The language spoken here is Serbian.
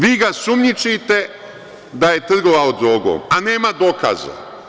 Vi ga sumnjičite da je trgovao drogom, a nema dokaza?